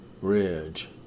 Ridge